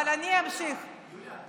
אבל אני אמשיך, יוליה,